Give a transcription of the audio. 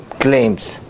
claims